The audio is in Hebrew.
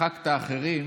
מחקת אחרים